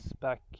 back